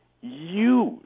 use